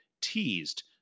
teased